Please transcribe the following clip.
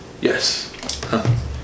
Yes